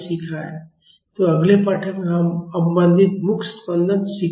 तो अगले पाठ में हम अवमंदित मुक्त स्पंदन सीखेंगे